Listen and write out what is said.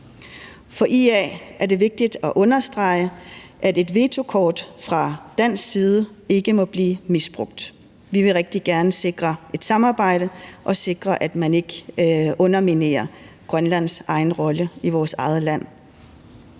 For IA er det vigtigt at understrege, at en vetoret fra dansk side ikke må blive misbrugt. Vi vil rigtig gerne sikre et samarbejde og sikre, at man ikke underminerer Grønlands egen rolle i vores eget land.